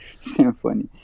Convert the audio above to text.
symphony